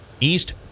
East